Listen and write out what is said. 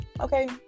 okay